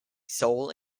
soul